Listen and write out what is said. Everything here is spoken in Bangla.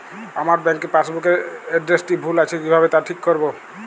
আমার ব্যাঙ্ক পাসবুক এর এড্রেসটি ভুল আছে কিভাবে তা ঠিক করবো?